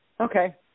Okay